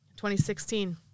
2016